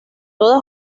toda